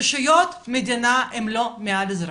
רשויות המדינה הן לא מעל האזרחים.